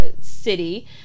city